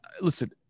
Listen